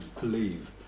believe